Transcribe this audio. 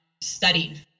studied